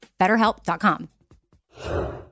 BetterHelp.com